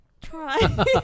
Try